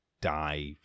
die